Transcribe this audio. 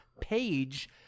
page